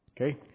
Okay